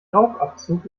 rauchabzug